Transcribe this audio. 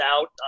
out